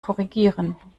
korrigieren